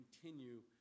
continue